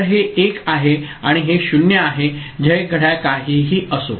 तर हे 1 आहे आणि हे 0 आहे जे घड्याळ काहीही असो